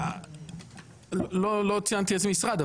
לא ציינתי איזה משרד,